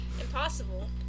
Impossible